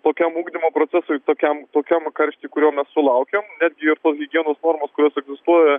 tokiam ugdymo procesui tokiam tokiam karšty kurio mes sulaukiam netgi ir tos higienos normos kurios egzistuoja